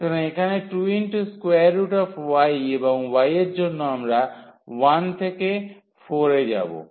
সুতরাং এখানে 2y এবং y এর জন্য আমরা 1 থেকে 4 এ যাব